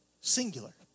singular